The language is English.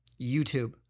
YouTube